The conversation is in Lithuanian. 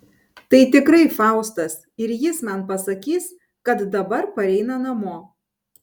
tai tikrai faustas ir jis man pasakys kad dabar pareina namo